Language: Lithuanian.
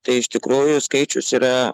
tai iš tikrųjų skaičius yra